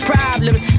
Problems